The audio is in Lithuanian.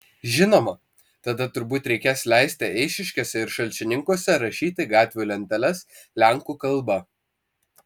žinoma tada turbūt reikės leisti eišiškėse ir šalčininkuose rašyti gatvių lenteles lenkų kalba